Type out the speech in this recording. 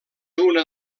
una